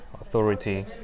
authority